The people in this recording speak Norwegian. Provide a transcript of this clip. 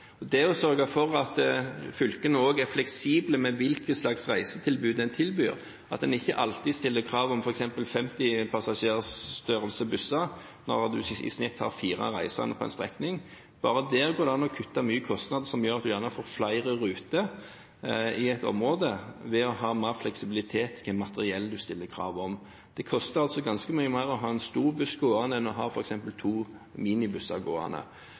sørge for å være fleksible med hensyn til hva slags reisetilbud de har, en må ikke alltid stille krav om f.eks. busser med plass til 50 passasjerer når en i snitt har fire reisende på en strekning. Ved å ha mer fleksibilitet når det gjelder hva slags materiell en stiller krav om, går det an å kutte mye i kostnader, noe som gjør at en får flere ruter i et område. Det koster ganske mye mer å ha en stor buss gående enn å ha f.eks. to